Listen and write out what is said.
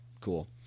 cool